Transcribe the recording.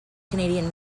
canadian